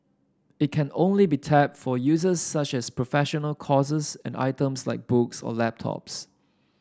it can only be tapped for uses such as professional courses and items like books or laptops